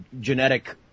genetic